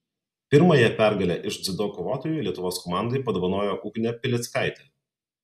pirmąją pergalę iš dziudo kovotojų lietuvos komandai padovanojo ugnė pileckaitė